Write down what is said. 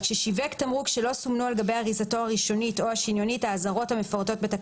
ששיווק תמרוק המכיל חומר צבע שאינו מנוי ברשימת חומרי הצבע המותרים